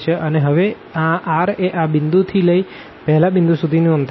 અને હવે આ r એ આ પોઈન્ટ થી લઇ પહેલા પોઈન્ટ સુધીનું અંતર છે